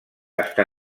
està